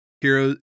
Heroes